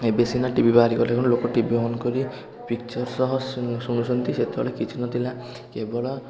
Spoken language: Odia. ଏବେ ସିନା ଟିଭି ବାହାରିଗଲା ଖୁଣୁ ବୋଲି ଲୋକ ଟିଭି ଅନ କରି ପିକ୍ଚର ସହ ଶୁନ ଶୁଣୁଛନ୍ତି ସେତବେଳେ କିଛି ନ ଥିଲା କେବଳ